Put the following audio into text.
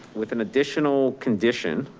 with an additional condition